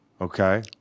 Okay